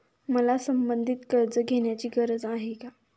मला संबंधित कर्ज घेण्याची गरज आहे